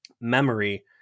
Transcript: memory